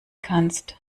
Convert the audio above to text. kannst